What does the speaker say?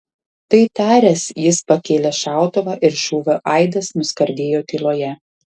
tai taręs jis pakėlė šautuvą ir šūvio aidas nuskardėjo tyloje